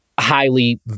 Highly